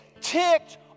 ticked